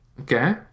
okay